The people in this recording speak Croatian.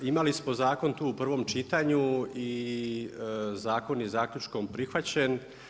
Imali smo zakon tu u prvom čitanju i zakon je zaključkom prihvaćen.